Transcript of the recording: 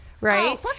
right